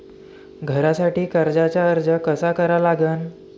घरासाठी कर्जाचा अर्ज कसा करा लागन?